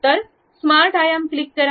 तर स्मार्ट आयाम क्लिक करा